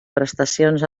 prestacions